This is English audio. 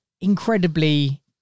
incredibly